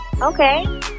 Okay